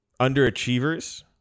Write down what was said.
Underachievers